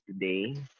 today